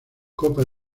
copa